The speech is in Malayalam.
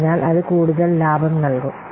അതിനാൽ അത് കൂടുതൽ ലാഭം നൽകും